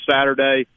Saturday